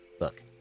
Look